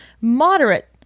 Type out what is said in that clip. moderate